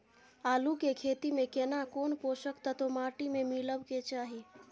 आलू के खेती में केना कोन पोषक तत्व माटी में मिलब के चाही?